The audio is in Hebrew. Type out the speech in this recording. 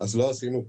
אז לא עשינו כלום.